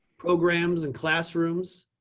programs, and classrooms,